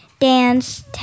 dance